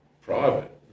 private